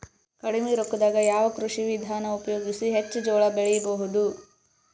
ಕಡಿಮಿ ರೊಕ್ಕದಾಗ ಯಾವ ಕೃಷಿ ವಿಧಾನ ಉಪಯೋಗಿಸಿ ಹೆಚ್ಚ ಜೋಳ ಬೆಳಿ ಬಹುದ?